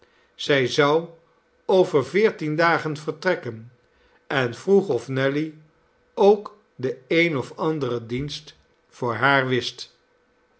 zij zou over veertien dagen vertrekken en vroeg of nelly ook den een of anderen dienst voor haar wist